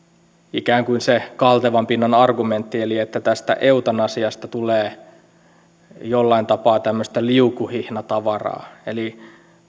ikään kuin kaltevan pinnan argumentti eli että eutanasiasta tulee jollain tapaa liukuhihnatavaraa eli